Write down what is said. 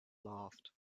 laughed